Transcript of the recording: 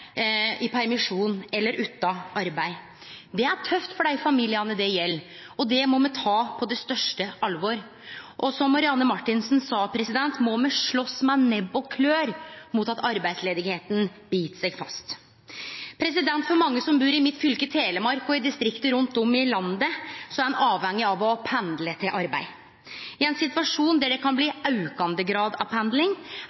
tøft for dei familiane det gjeld, og det må me ta på det største alvor. Som Marianne Marthinsen sa, må me slåst med nebb og klør mot at arbeidsløysa bit seg fast. Mange som bur i mitt fylke, Telemark, og i distrikta rundt om i landet, er avhengige av å pendle til arbeid. I ein situasjon der det kan